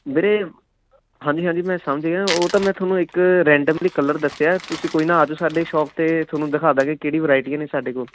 ਵੀਰੇ ਹਾਂਜੀ ਹਾਂਜੀ ਮੈਂ ਸਮਝ ਗਿਆ ਉਹ ਤਾਂ ਮੈਂ ਤੁਹਾਨੂੰ ਇੱਕ ਰੈਂਡਮਲੀ ਕਲਰ ਦੱਸਿਆ ਤੁਸੀਂ ਕੋਈ ਨਾ ਆ ਜਾਓ ਸਾਡੇ ਸ਼ੋਪ 'ਤੇ ਤੁਹਾਨੂੰ ਦਿਖਾ ਦਾਂਗੇ ਕਿਹੜੀ ਵਰਾਇਟੀਆਂ ਨੇ ਸਾਡੇ ਕੋਲ